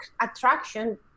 attraction